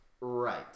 Right